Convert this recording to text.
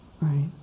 right